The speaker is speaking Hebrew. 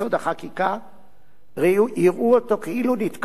יראו אותו כאילו נתקבל לפי חוק-יסוד: החקיקה,